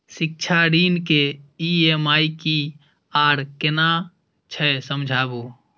शिक्षा ऋण के ई.एम.आई की आर केना छै समझाबू?